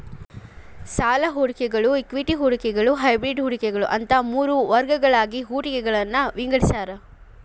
ಸಾಲ ಹೂಡಿಕೆಗಳ ಇಕ್ವಿಟಿ ಹೂಡಿಕೆಗಳ ಹೈಬ್ರಿಡ್ ಹೂಡಿಕೆಗಳ ಅಂತ ಮೂರ್ ವರ್ಗಗಳಾಗಿ ಹೂಡಿಕೆಗಳನ್ನ ವಿಂಗಡಿಸ್ಯಾರ